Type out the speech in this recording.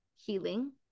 healing